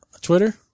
Twitter